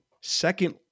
Second